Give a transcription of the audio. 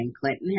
Clinton